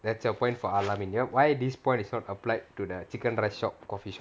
that's a point for al-ameen why this point is not applied to the chicken rice shop coffee shop